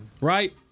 right